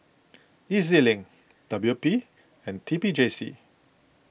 E Z Link W P and T P J C